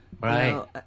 Right